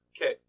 Okay